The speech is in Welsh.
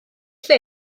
lle